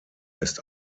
ist